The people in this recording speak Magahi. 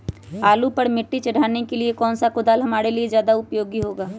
आलू पर मिट्टी चढ़ाने के लिए कौन सा कुदाल हमारे लिए ज्यादा उपयोगी होगा?